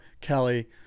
Kelly